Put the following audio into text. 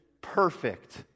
perfect